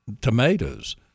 tomatoes